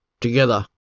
together